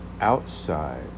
outside